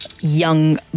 young